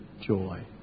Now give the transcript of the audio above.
joy